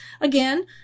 again